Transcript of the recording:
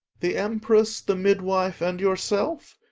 the emperess, the midwife, and yourself.